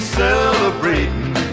celebrating